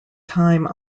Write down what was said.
time